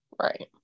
Right